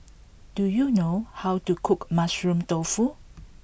do you know how to cook Mushroom Tofu